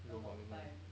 low commitment